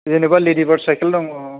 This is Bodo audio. जेनबा लेडिबार्ड साइकेल दङ